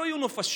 לא יהיו נופשים.